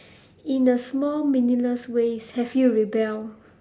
in the small meaningless way have you rebel